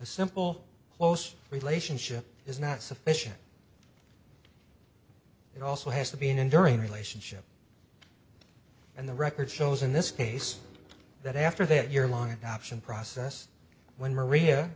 simple close relationship is not sufficient it also has to be an enduring relationship and the record shows in this case that after that your line option process when maria